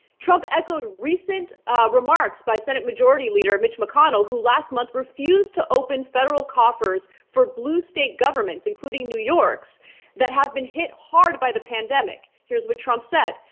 trump echoed recent remarks by senate majority leader mitch mcconnell. who last month refused to open federal coffers for blue state governments including new york's that have been hit hard by the pandemic. here's what trump said,